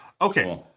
Okay